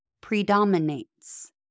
predominates